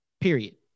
Period